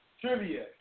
Trivia